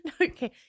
Okay